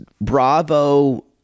Bravo